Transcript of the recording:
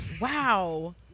Wow